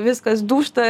viskas dūžta